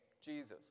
Jesus